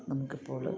നമുക്കിപ്പോള്